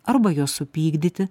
arba juos supykdyti